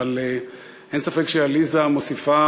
אבל אין ספק שעליזה מוסיפה,